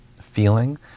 feeling